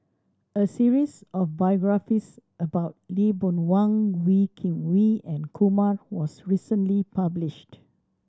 a series of biographies about Lee Boon Wang Wee Kim Wee and Kumar was recently published